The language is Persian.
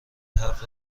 حرف